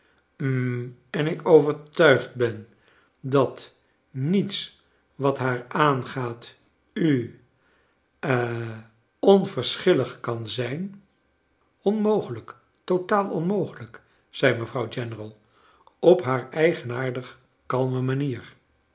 en ik overtuigd ben dat hiets wat haar aangaat u ha onverschillig kan zijn onmogelijk totaal onmogelijk zei mevrouw general op haar eigenaardig kalme manier